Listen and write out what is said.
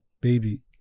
baby